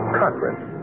conference